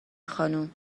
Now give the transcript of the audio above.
خانم